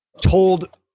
told